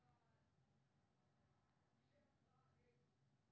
hire purchase मे ब्याज दर निर्धारित रहै छै